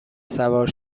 سوار